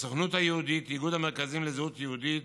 הסוכנות היהודית, איגוד המרכזים לזהות יהודית,